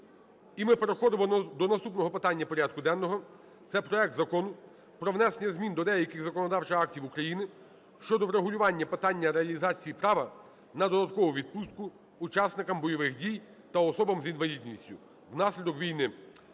ми переходимо до наступного питання порядку денного – це проект Закону про внесення змін до деяких законодавчих актів України щодо врегулювання питання реалізації права на додаткову відпустку учасникам бойових дій та особам з інвалідністю внаслідок війни